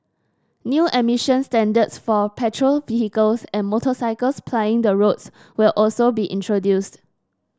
new emission standards for petrol vehicles and motorcycles plying the roads will also be introduced